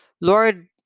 Lord